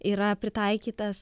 yra pritaikytas